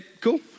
cool